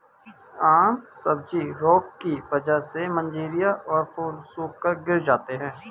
आम सब्जी रोग की वजह से मंजरियां और फूल सूखकर गिर जाते हैं